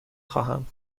خواهم